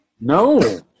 No